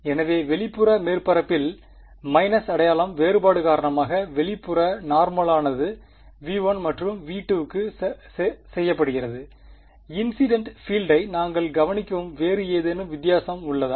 எனவே வெளிப்புற மேற்பரப்பில் மைனஸ் அடையாளம் வேறுபாடு காரணமாக வெளிப்புற நார்மலானது V1 மற்றும் V2 க்கு சரி செய்யப்படுகிறது இன்சிடென்ட் பீல்டை நாங்கள் கவனிக்கும் வேறு ஏதேனும் வித்தியாசம் உள்ளதா